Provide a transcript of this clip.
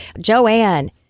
Joanne